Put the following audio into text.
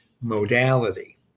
modality